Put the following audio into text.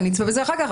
ואצפה בזה אחר כך,